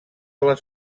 les